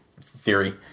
theory